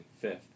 fifth